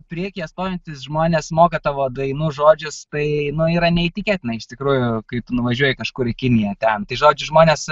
priekyje stovintys žmonės moka tavo dainų žodžius tai yra neįtikėtina iš tikrųjų kai tu nuvažiuoji kažkur į kiniją ten tai žodžiu žmonės